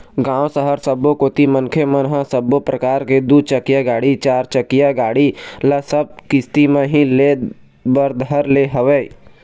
गाँव, सहर सबो कोती मनखे मन ह सब्बो परकार के दू चकिया गाड़ी, चारचकिया गाड़ी ल सब किस्ती म ही ले बर धर ले हवय